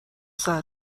زدما